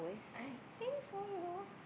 I think so you know